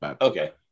Okay